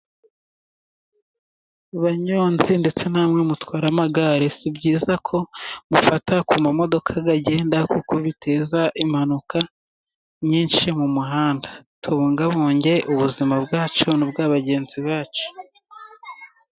Banyonzi ndetse namwe mutwara amagare si byiza ko mufata ku mamodoka agenda kuko biteza impanuka nyinshi mu muhanda, tubungabunge ubuzima bwacu n'ubwa bagenzi bacu.